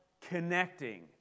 connecting